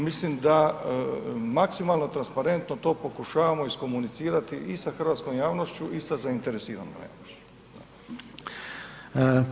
Mislim da maksimalno transparentno to pokušavamo iskomunicirati i sa hrvatskom javnošću i sa zainteresiranom javnošću.